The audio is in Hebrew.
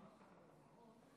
אדוני היושב-ראש,